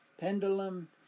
pendulum